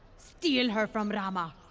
steal her from rama!